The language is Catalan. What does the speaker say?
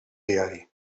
diari